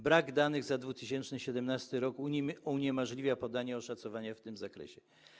Brak danych za 2017 r. uniemożliwia podanie oszacowania w tym zakresie.